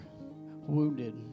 wounded